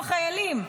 איפה החיילים?